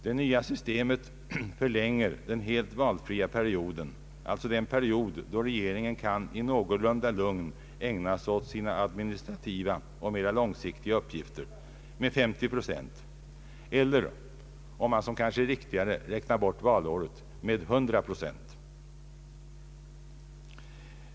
Det nya systemet förlänger den helt valfria perioden — alltså den period då regeringen kan i någorlunda lugn ägna sig åt sina administrativa och långsiktiga uppgifter — med 50 procent eller om man räknar bort valåret, med 100 procent.